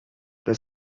the